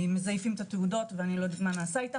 שמזייפים את התעודות ואני לא יודעת מה נעשה אתם,